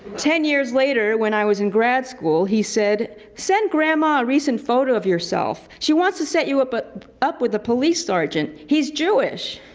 ten years later, when i was in grad school, he said send grandma a recent photo of yourself. she wants to set you but up with a police sergeant. he's jewish.